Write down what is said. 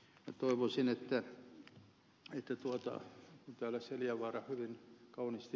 toivoisin että kun täällä ed